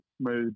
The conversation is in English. made